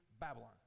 Babylon